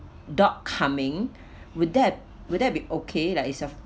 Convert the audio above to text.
dog coming would that would that be okay that is your